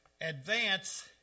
Advance